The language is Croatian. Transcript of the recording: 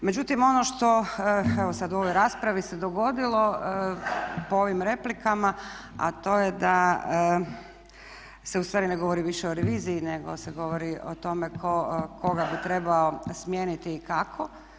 Međutim ono što evo sad u ovoj raspravi se dogodilo po ovim replikama, a to je da se ustvari ne govori više o reviziji nego se govori o tome koga bi trebalo smijeniti i kako.